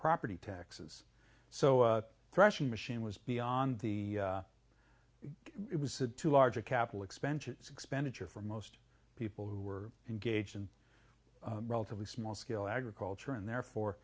property taxes so threshing machine was beyond the it was had to larger capital expenses expenditure for most people who were engaged in relatively small scale agriculture and therefore